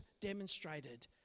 demonstrated